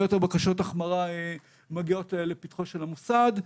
יותר בקשות החמרה מגיעות לפתחו של המוסד,